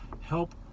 help